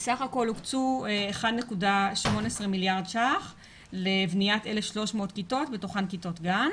בסך הכול הוקצו 1.18 מיליארד ₪ לבניית 1,300 כיתות בתוכן כיתות גן.